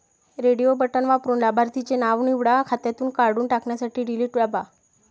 radio button वापरून लाभार्थीचे नाव निवडा, खात्यातून काढून टाकण्यासाठी डिलीट दाबा